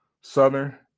southern